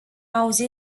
auzit